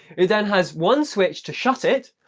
it then has one switch to shut it,